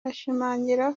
ashimangira